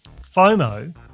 FOMO